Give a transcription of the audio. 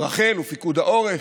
רח"ל ופיקוד העורף.